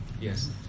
yes